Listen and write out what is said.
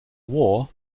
war